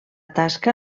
tasca